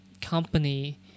company